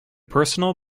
personal